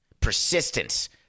Persistence